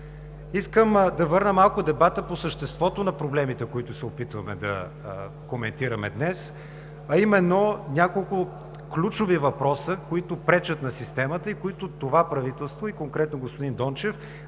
Искам да върна малко дебата по съществото на проблемите, които се опитваме да коментираме днес, а именно няколко ключови въпроса, които пречат на системата, и които това правителство, и конкретно господин Дончев,